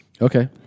Okay